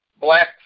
black